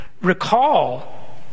Recall